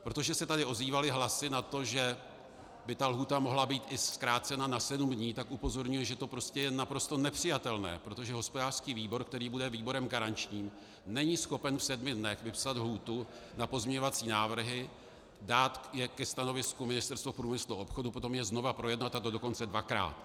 Protože se tady ozývaly hlasy na to, že by lhůta mohla být i zkrácena na sedm dní, upozorňuji, že je to naprosto nepřijatelné, protože hospodářský výbor, který bude výborem garančním, není schopen v sedmi dnech vypsat lhůtu na pozměňovací návrhy, dát je ke stanovisku Ministerstvu průmyslu a obchodu, potom je znovu projednat, a to dokonce dvakrát.